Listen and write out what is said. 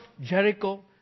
Jericho